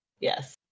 Yes